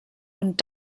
und